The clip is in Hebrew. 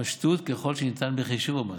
פשטות ככל שניתן בחישוב המס,